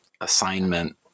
assignment